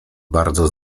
bardzo